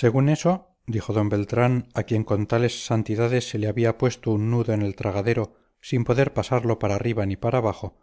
según eso dijo d beltrán a quien con tales santidades se le había puesto un nudo en el tragadero sin poder pasarlo para arriba ni para abajo